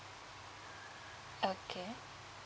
okay